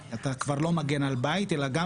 וגם בהנחיות שלנו.